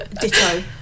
ditto